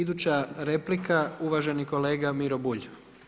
Iduća replika uvaženi kolega Miro Bulj.